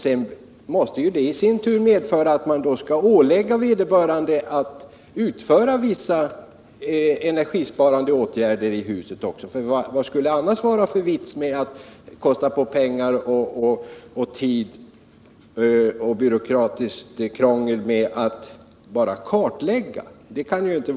Sedan måste det ju i sin tur medföra att kommunen skall ålägga vederbörande att utföra vissa energisparande åtgärder i huset. Vad skulle det annars vara för vits med att kosta på pengar och tid och byråkratiskt krångel för att kartlägga?